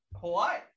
Hawaii